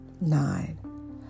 Nine